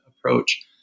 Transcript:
approach